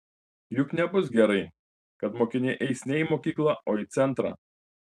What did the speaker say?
juk nebus gerai kad mokiniai eis ne į mokyklą o į centrą